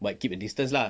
but keep a distance lah